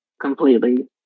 completely